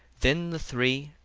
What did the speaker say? then the three,